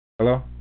Hello